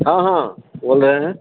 हँ हँ बोल रहे है